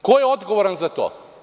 Ko je odgovoran za to?